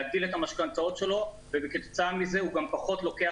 להגדיל את המשכנתאות שלו וכתוצאה מזה הוא גם פחות לוקח